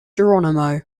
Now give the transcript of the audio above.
geronimo